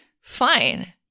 fine